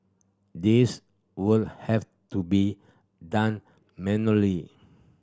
this will have to be done manually